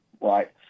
right